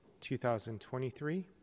2023